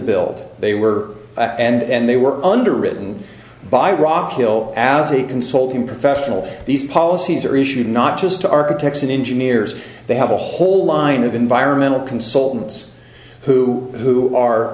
build they were and they were underwritten by rock hill as a consulting professional these policies are issued not just to architects and engineers they have a whole line of environmental consultants who who are